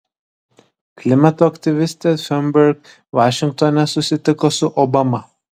klimato aktyvistė thunberg vašingtone susitiko su obama